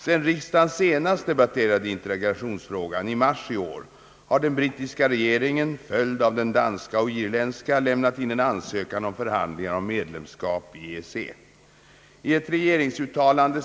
Sedan riksdagen senast debatterade integrationsfrågan — i mars i år — har den brittiska regeringen, följd av den danska och irländska, lämnat in en ansökan om förhandlingar om medlemsskap i EEC.